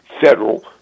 federal